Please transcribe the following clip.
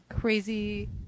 crazy